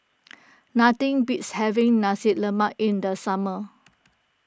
nothing beats having Nasi Lemak in the summer